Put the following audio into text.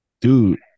Dude